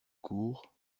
court